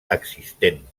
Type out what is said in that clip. existent